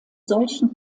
solchen